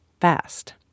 fast